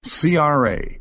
CRA